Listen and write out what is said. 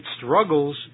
struggles